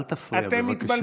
אל תפריע, בבקשה.